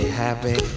happy